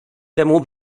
temu